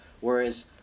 Whereas